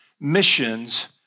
Missions